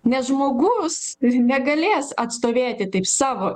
nes žmogus negalės atstovėti taip savo